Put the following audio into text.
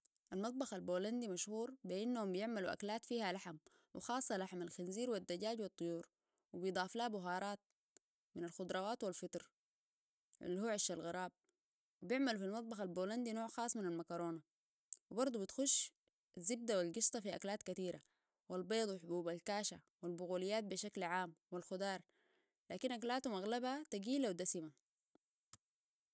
المطبخ البولندي مشهور بأنهم يعملوا أكلات فيها لحم وخاصة لحم الخنزير والدجاج والطيور ويضاف له بوهارات من الخضروات والفطر اللي هو عش الغراب وبعملو في المطبخ البولندي نوع خاص من المكارونة وبرضو بتخش الزبدة والقشطة في أكلات كثيرة والبيض وحبوب الكاشا والبغوليات بشكل عام والخضار لكن أكلاتهم أغلبها تقيلة ودسمة